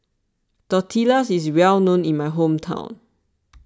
Tortillas is well known in my hometown